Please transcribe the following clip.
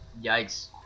Yikes